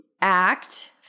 act